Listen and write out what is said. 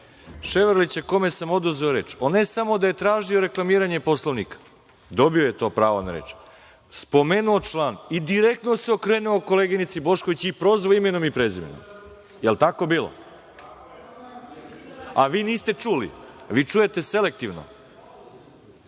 Ševarlića, kome sam oduzeo reč, on ne samo da je tražio reklamiranje Poslovnika, dobio je to pravo na reč, spomenuo član i direktno se okrenuo koleginici Bošković i prozvao imenom i prezimenom. Da li je tako bilo? Vi niste čuli? Vi čujete selektivno? Reč